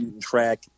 track